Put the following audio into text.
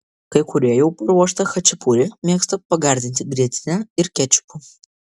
kai kurie jau paruoštą chačapuri mėgsta pagardinti grietine ir kečupu